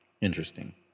Interesting